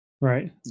Right